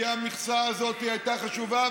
כי המכסה הזאת הייתה חשובה,